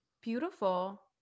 Beautiful